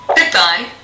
Goodbye